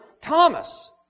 Thomas